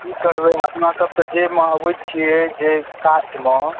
की करबै अपनासब तऽ जाहिमे अबैत छियै जाहि कास्टमे